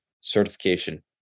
certification